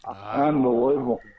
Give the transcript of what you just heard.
Unbelievable